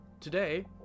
Today